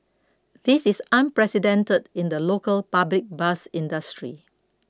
this is unprecedented in the local public bus industry